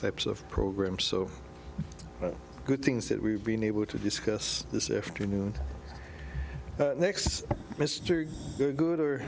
types of programs so good things that we've been able to discuss this afternoon next mr gooder